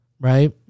Right